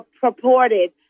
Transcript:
purported